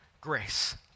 grace